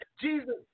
Jesus